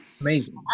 amazing